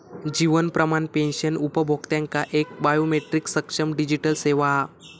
जीवन Pramaan pension उपभोक्त्यांका एक biometric सक्षम डिजीटल सेवा हा